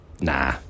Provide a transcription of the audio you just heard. Nah